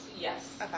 Yes